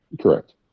Correct